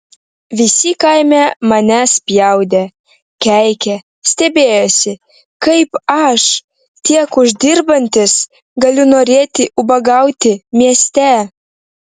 visi kaime mane spjaudė keikė stebėjosi kaip aš tiek uždirbantis galiu norėti ubagauti mieste